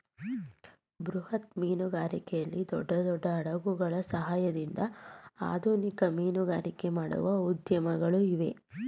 ಬೃಹತ್ ಮೀನುಗಾರಿಕೆಯಲ್ಲಿ ದೊಡ್ಡ ದೊಡ್ಡ ಹಡಗುಗಳ ಸಹಾಯದಿಂದ ಆಧುನಿಕ ಮೀನುಗಾರಿಕೆ ಮಾಡುವ ಉದ್ಯಮಗಳು ಇವೆ